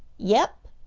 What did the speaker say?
yep!